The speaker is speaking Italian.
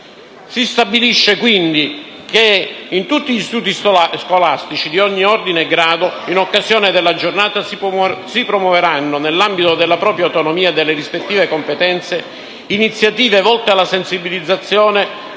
Si stabilisce quindi che in tutti gli istituti scolastici di ogni ordine e grado, in occasione della giornata, si promuoveranno, nell'ambito della propria autonomia e delle rispettive competenze, iniziative volte alla sensibilizzazione